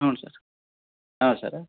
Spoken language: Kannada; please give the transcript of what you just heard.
ಹ್ಞೂ ಸರ್ ಹಾಂ ಸರ್